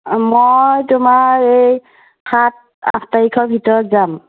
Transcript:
অঁ মই তোমাৰ এই সাত আঠ তাৰিখৰ ভিতৰত যাম